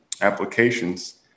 applications